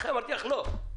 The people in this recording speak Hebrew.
לכן אמרתי לך, לא.